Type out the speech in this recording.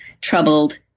troubled